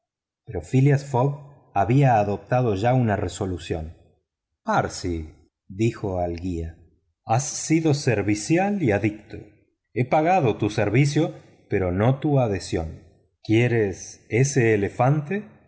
pero phileas fogg había adoptado ya una resolución parsi dijo al guía has sido servicial y adicto he pagado tu servicio pero no tu adhesión quieres ese elefante